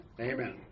amen